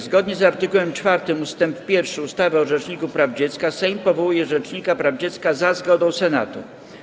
Zgodnie z art. 4 ust. 1 ustawy o Rzeczniku Praw Dziecka Sejm powołuje rzecznika praw dziecka za zgodą Senatu.